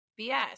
BS